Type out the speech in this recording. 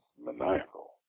maniacal